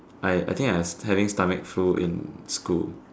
I I think I having stomach flu in school